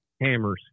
hammers